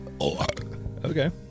Okay